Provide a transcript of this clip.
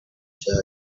said